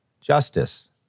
Justice